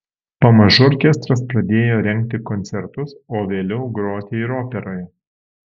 pamažu orkestras pradėjo rengti koncertus o vėliau groti ir operoje